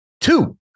Two